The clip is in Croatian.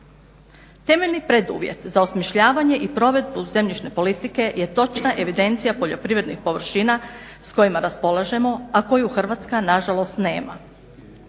Temeljni preduvjet za osmišljavanje i provedbu zemljišne politike je točna evidencija poljoprivrednih površina s kojima raspolažemo a koju Hrvatska nažalost nema.